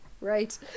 Right